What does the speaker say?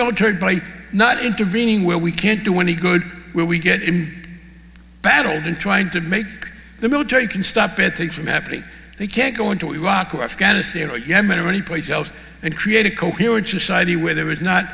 military by not intervening where we can't do any good where we get in battle and trying to make the military can stop it take from happening they can't go into iraq or afghanistan or yemen or any place else and create a coherent society where there was not